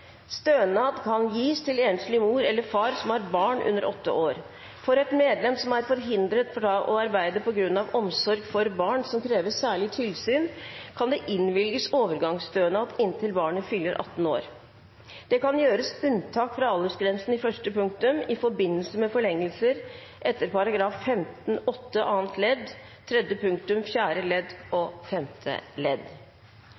Stønad kan gis til enslig mor eller far som har barn under åtte år. For et medlem som er forhindret fra å arbeide på grunn av omsorg for barn som krever særlig tilsyn, kan det innvilges overgangsstønad inntil barnet fyller 18 år. Det kan gjøres unntak fra aldersgrensen i første punktum i forbindelse med forlengelser etter § 15-8 annet ledd tredje punktum, fjerde ledd og femte ledd.»